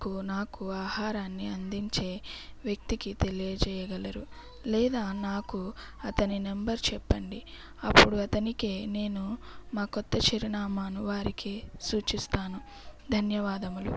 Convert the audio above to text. కు నాకు ఆహారాన్ని అందించే వ్యక్తికి తెలియజేయగలరు లేదా నాకు అతని నెంబర్ చెప్పండి అప్పుడు అతనికే నేను మా క్రొత్త చిరునామాను వారికి సూచిస్తాను ధన్యవాదములు